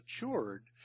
matured